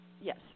yes